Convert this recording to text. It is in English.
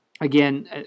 Again